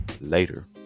later